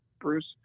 Bruce